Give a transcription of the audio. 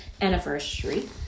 anniversary